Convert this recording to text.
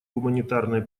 гуманитарной